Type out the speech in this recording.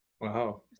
wow